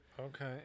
Okay